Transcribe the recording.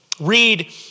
read